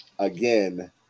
Again